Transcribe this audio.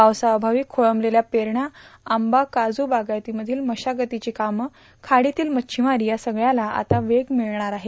पावसाअभावी खोळंबलेल्या पेरण्या आंबा काजू बागायतीमधील मशागतीची कामं खाडीतील मच्छीमारी या सगळ्याला आता वेग मिळणार आहे